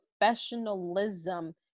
professionalism